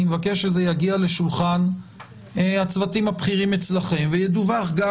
אני מבקש שזה יגיע לשולחן הצוותים הבכירים אצלכם וידווח גם